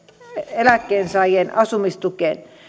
eläkkeensaajien asumistukeen